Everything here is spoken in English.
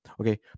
Okay